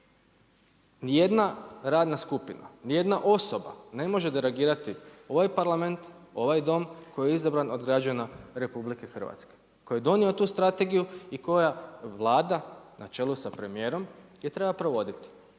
ni jedna radna skupina, ni jedna osoba ne može derogirati ovaj Parlament, ovaj Dom koji je izabran od građana RH, koji je donio tu Strategiju i koja Vlada na čelu sa premijerom je treba provoditi.